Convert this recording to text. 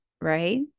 right